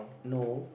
no